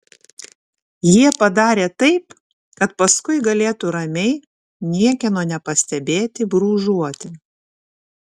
jie padarė taip kad paskui galėtų ramiai niekieno nepastebėti brūžuoti